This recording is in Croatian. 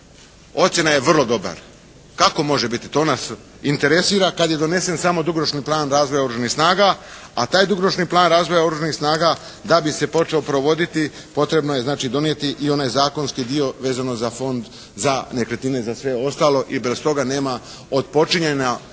ocjena je vrlo dobar. Kako može biti, to nas interesira kad je donesen samo dugoročni plan razvoja oružanih snaga a taj dugoročni plan razvoja oružanih snaga da bi se počeo provoditi potrebno je znači donijeti i onaj zakonski dio vezano za fond, za nekretnine i za sve ostalo i bez toga nema od počinjanja